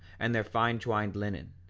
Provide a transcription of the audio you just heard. and their fine-twined linen,